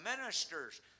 ministers